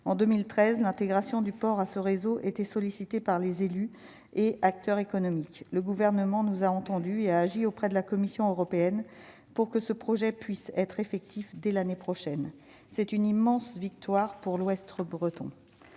en 2013, l'intégration du port à ce réseau était sollicité par les élus et acteurs économiques, le gouvernement nous a entendus et a agi auprès de la Commission européenne pour que ce projet puisse être effectif dès l'année prochaine, c'est une immense victoire pour l'Ouest trop